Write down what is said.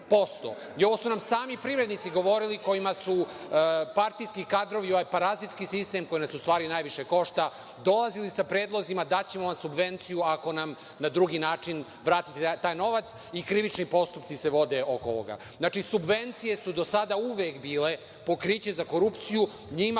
Ovo su nam sami privrednici govorili, kojima su partijski kadrovi i parazitski sistem, koji nas u stvari najviše košta, dolazili sa predlozima – daćemo vam subvenciju ako nam na drugi način vratite taj novac. Krivični postupci se vode oko ovoga. Subvencije su do sada uvek bile pokriće za korupciju. NJima